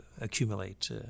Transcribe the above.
accumulate